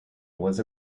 was